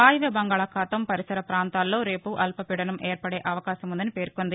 వాయువ్య బంగాళాఖాతం పరిసర పాంతాలలో రేపు అల్పవీదనం ఏర్పడే అవకాశం ఉందని పేర్కొంది